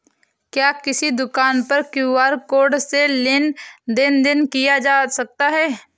क्या किसी दुकान पर क्यू.आर कोड से लेन देन देन किया जा सकता है?